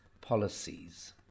policies